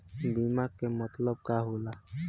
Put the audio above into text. बीमा के मतलब का होला?